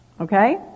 okay